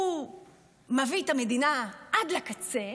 הוא מביא את המדינה עד לקצה,